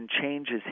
changes